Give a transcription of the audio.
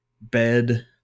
bed